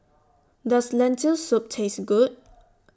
Does Lentil Soup Taste Good